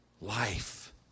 life